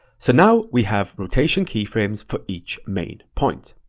so now we have rotation keyframes for each main point.